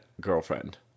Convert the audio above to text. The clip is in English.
girlfriend